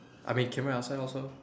I mean can wear outside also